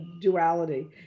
duality